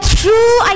true